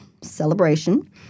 celebration